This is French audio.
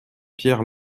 pierre